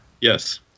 Yes